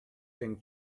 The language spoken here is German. denn